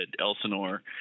elsinore